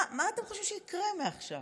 מה אתם חושבים שיקרה מעכשיו?